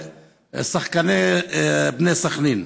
את הדברים.